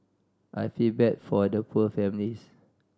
I feel bad for the poor families